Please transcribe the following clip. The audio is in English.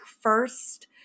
first